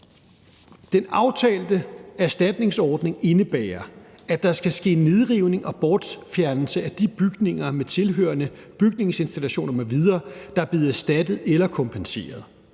Den aftalte erstatningsordning indebærer, at der skal ske nedrivning og bortfjernelse af de bygninger med tilhørende bygningsinstallationer m.v., der er blevet erstattet eller kompenseret.